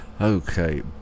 Okay